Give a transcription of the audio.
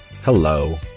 Hello